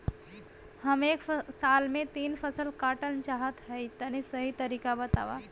हम एक साल में तीन फसल काटल चाहत हइं तनि सही तरीका बतावा?